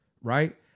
right